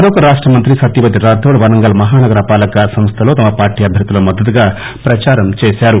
మరోక రాష్ట మంత్రి సత్యవతి రాథోడ్ వరంగల్ మహానగరపాలక సంస్లలో తమ పార్టీ అభ్యర్థులకు మద్గతుగా ప్రచారం చేశారు